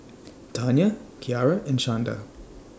Tanya Kiarra and Shanda